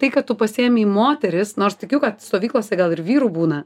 tai kad tu pasiėmei moteris nors tikiu kad stovyklose gal ir vyrų būna